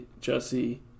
Jesse